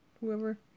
Whoever